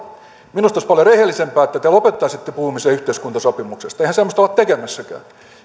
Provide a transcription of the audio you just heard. minusta olisi paljon rehellisempää että te lopettaisitte puhumisen yhteiskuntasopimuksesta eihän semmoista olla tekemässäkään